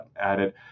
added